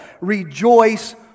rejoice